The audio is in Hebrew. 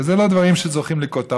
ואלה לא דברים שזוכים לכותרות,